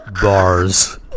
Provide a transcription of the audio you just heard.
bars